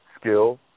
skill